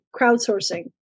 crowdsourcing